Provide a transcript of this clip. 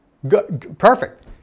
Perfect